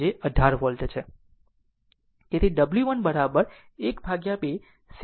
તેથી w 1 12 c 1 v 1 2